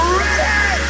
ready